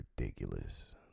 ridiculous